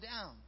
down